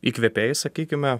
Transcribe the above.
įkvėpėjai sakykime